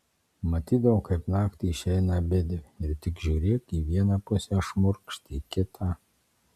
matydavau kaip naktį išeina abidvi ir tik žiūrėk į vieną pusę šmurkšt į kitą